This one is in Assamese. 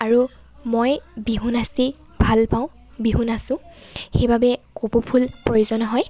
আৰু মই বিহু নাচি ভাল পাওঁ বিহু নাচোঁ সেইবাবে কপৌ ফুল প্ৰয়োজন হয়